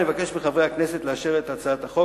אני מבקש מחברי הכנסת לאשר את הצעת החוק,